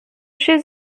chez